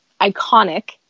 iconic